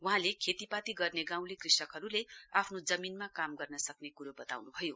वहाँले खेतीपाती गर्ने गाँउले कृषकहरूले आफ्नो जमीनमा काम गर्न सक्ने कुरो बताउनुभयो